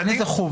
אין את החובה,